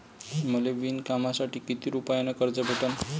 मले विणकामासाठी किती रुपयानं कर्ज भेटन?